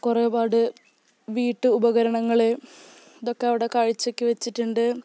കുറേപാട് വീട്ട് ഉപകരണങ്ങള് ഇതൊക്കെ അവിടെ കാഴ്ചക്ക് വെച്ചിട്ടുണ്ട്